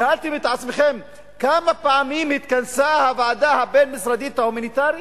שאלתם את עצמכם כמה פעמים התכנסה הוועדה הבין-משרדית ההומניטרית?